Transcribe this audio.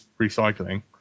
recycling